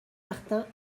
martin